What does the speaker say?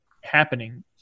happening